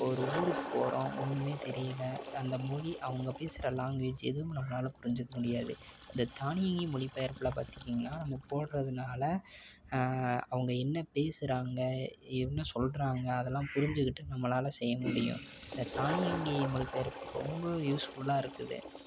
இப்போ ஒரு ஊருக்கு போகறோம் ஒன்றுமே தெரியல அந்த மொழி அவங்க பேசுகிற லாங்வேஜ் எதுவும் நம்மளால் புரிஞ்சிக்க முடியாது இந்த தானியங்கி மொழி பெயர்ப்பில் பார்த்திக்கிங்கனா நம்ம போடுறதுனால அவங்க என்ன பேசுறாங்க என்ன சொல்லுறாங்க அதெல்லாம் புரிஞ்சிக்கிட்டு நம்மளால செய்யமுடியும் இந்த தானியங்கி மொழி பெயர்ப்பு ரொம்பவே யூஸ்ஃபுல்லாக இருக்குது